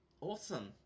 Awesome